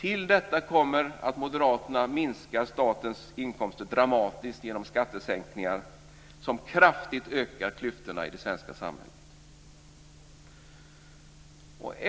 Till detta kommer att moderaterna vill minska statens inkomster dramatiskt genom skattesänkningar som kraftigt ökar klyftorna i det svenska samhället.